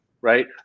right